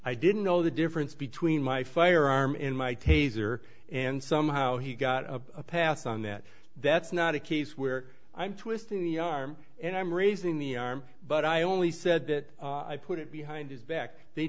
i didn't know the difference between my firearm in my taser and somehow he got a pass on that that's not a case where i'm twisting the arm and i'm raising the arm but i only said that i put it behind his back they